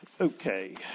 Okay